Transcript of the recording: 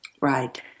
Right